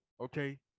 Okay